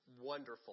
wonderful